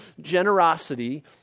generosity